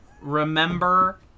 Remember